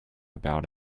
about